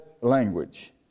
language